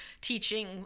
teaching